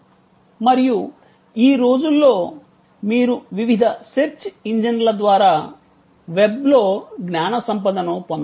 మరియు ఈ రోజుల్లో మీరు వివిధ సెర్చ్ ఇంజిన్ల ద్వారా వెబ్లో జ్ఞాన సంపదను పొందవచ్చు